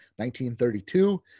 1932